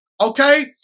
Okay